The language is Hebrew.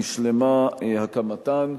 נשלמה הקמתן.